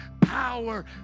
power